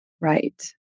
Right